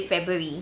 february